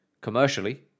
commercially